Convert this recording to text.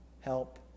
Help